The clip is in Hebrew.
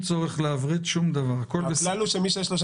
שילה.